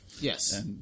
Yes